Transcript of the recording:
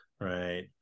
right